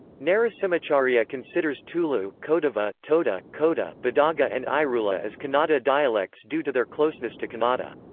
narasimhacharya considers tulu, kodava, toda, kota, badaga and irula as kannada dialects due to their closeness to kannada.